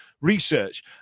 research